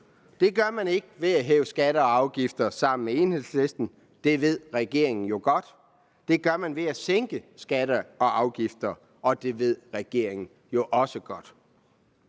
Det gør man ikke ved at hæve skatter og afgifter sammen med Enhedslisten. Det ved regeringen jo godt. Det gør man ved at sænke skatter og afgifter, og det ved regeringen jo også godt.